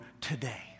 today